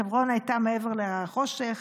חברון הייתה מעבר להרי החושך,